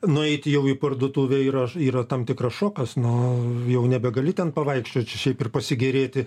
nueiti jau į parduotuvę yra yra tam tikras šokas nu jau nebegali ten pavaikščiot šiaip ir pasigėrėti